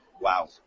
Wow